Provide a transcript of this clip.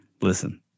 listen